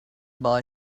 boy